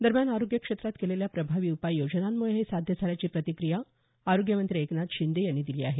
दरम्यान आरोग्य क्षेत्रात केलेल्या प्रभावी उपाययोजनांमुळे हे साध्य झाल्याची प्रतिक्रिया आरोग्यमंत्री एकनाथ शिंदे यांनी दिली आहे